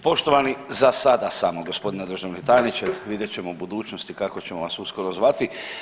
Poštovani za sada samo gospodine državni tajniče vidjet ćemo u budućnosti kako ćemo vas uskoro zvati.